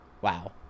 Wow